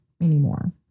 anymore